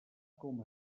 com